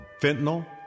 Fentanyl